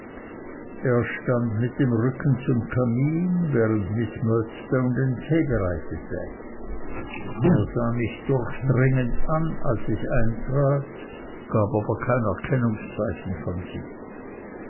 er stand mit dem rücken zum kamin während miß murdstone den tee bereitete er sah mich durchdringend an als ich eintrat gab aber kein erkennungszeichen von sich